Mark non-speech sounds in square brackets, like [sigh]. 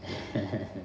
[laughs]